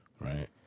Right